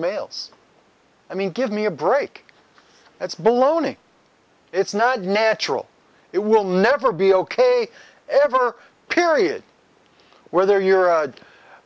males i mean give me a break that's baloney it's not natural it will never be ok ever period whether you're